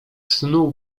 snu